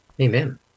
Amen